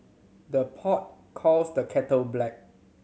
the pot calls the kettle black